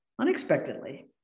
Unexpectedly